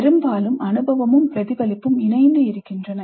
பெரும்பாலும் அனுபவமும் பிரதிபலிப்பும் இணைந்து இருக்கின்றன